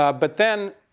ah but then,